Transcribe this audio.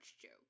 joke